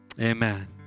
Amen